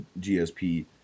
GSP